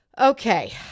okay